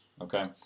okay